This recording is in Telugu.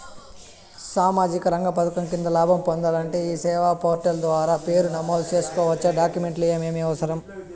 సామాజిక రంగ పథకం కింద లాభం పొందాలంటే ఈ సేవా పోర్టల్ ద్వారా పేరు నమోదు సేసుకోవచ్చా? డాక్యుమెంట్లు ఏమేమి అవసరం?